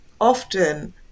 often